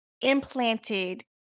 implanted